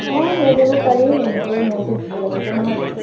অঁ লৈ যাব পাৰি ইহঁতৰো মনটো ভাল লাগিব নহয় জানো